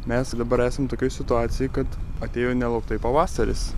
mes dabar esam tokioj situacijoj kad atėjo nelauktai pavasaris